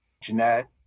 Jeanette